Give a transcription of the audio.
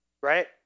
right